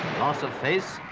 loss of face,